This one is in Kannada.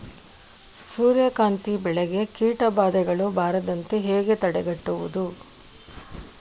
ಸೂರ್ಯಕಾಂತಿ ಬೆಳೆಗೆ ಕೀಟಬಾಧೆಗಳು ಬಾರದಂತೆ ಹೇಗೆ ತಡೆಗಟ್ಟುವುದು?